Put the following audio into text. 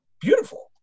beautiful